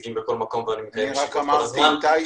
נציגים בכל מקום ואני מקיים דו שיח אתם כל הזמן.